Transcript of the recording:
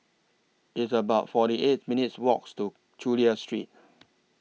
It's about forty eight minutes' Walk to Chulia Street